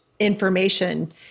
information